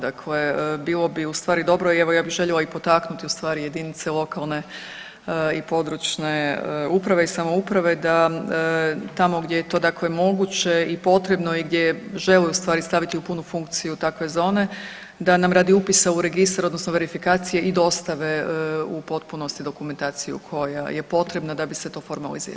Dakle, bilo bi u stvari dobro i evo i ja bi željela i potaknuti u stvari jedinice lokalne i područne uprave i samouprave da tamo gdje je to dakle moguće i potrebno i gdje žele u stvari staviti u punu funkciju takve zone, da nam radi upisa u registar odnosno verifikacije i dostave u potpunosti dokumentaciju koja je potrebna da bi se to formaliziralo jel.